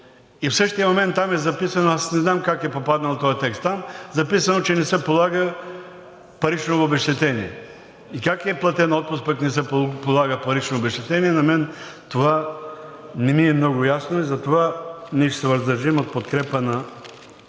и в същия момент там е записано, аз не знам как е попаднал този текст там, записано е, че не се полага парично обезщетение. Как е платен отпуск, пък не се полага парично обезщетение, на мен това не ми е много ясно. Затова ние ще се въздържим от подкрепа на